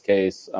Case